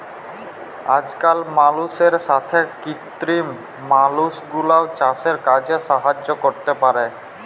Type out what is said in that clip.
আজকাল মালুষের সাথ কৃত্রিম মালুষরাও চাসের কাজে সাহায্য ক্যরতে পারে